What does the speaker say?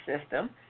system